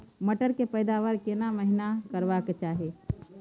मटर के पैदावार केना महिना करबा के चाही?